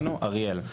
אריאל.